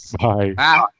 bye